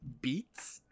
Beats